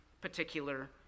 particular